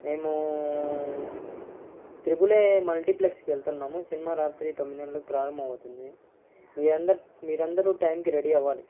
మేము triple A multiplex వెళ్తున్నాము సినిమా రాత్రి తొమ్మిది గంటలకు ప్రారంభం అవుతుంది మీయందర్ మీరందరు టైంకి రెడీ అవ్వాలి